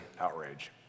outrage